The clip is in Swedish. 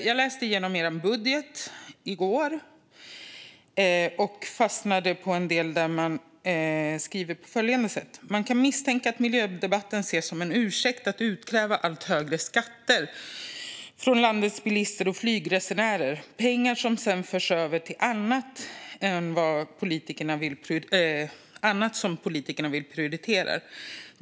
Jag läste igenom ert budgetförslag i går, Mattias Bäckström Johansson, och fastnade på en del där ni skriver på följande sätt: "Man kan misstänka att miljödebatten ses som en ursäkt att utkräva allt högre skatter från landets bilister och flygresenärer, pengar som sedan förs över till annat politikerna vill prioritera.